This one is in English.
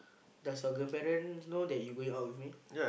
does your girl parents know that you going out with me